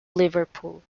liverpool